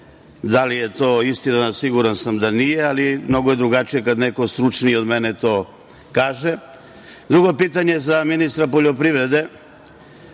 da li je to istina. Siguran sam da nije. Mnogo je drugačije kad neko stručniji od mene to kaže. Drugo pitanje je za ministra poljoprivrede.